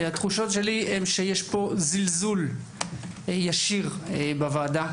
שיש פה זלזול ישיר בוועדה.